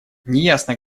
неясно